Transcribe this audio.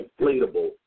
inflatable